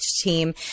team